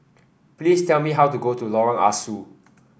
please tell me how to go to Lorong Ah Soo